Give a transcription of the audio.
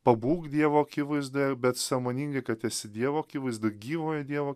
pabūk dievo akivaizdoje bet sąmoningai kad esi dievo akivaizdoj gyvojo dievo